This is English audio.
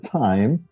time